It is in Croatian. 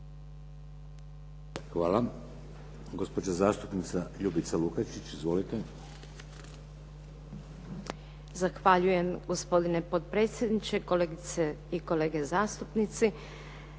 Hvala. Gospođa zastupnica Ljubica Lukačić. Izvolite.